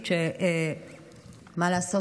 שמה לעשות,